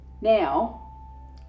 Now